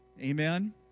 Amen